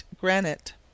granite